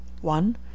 one